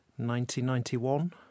1991